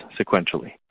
sequentially